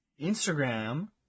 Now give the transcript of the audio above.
Instagram